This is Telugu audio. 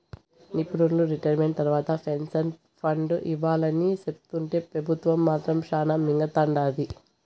నిపునులు రిటైర్మెంట్ తర్వాత పెన్సన్ ఫండ్ ఇవ్వాలని సెప్తుంటే పెబుత్వం మాత్రం శానా మింగతండాది